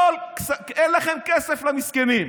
אין לכם כסף למסכנים.